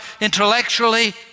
intellectually